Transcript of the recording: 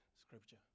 scripture